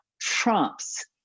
trumps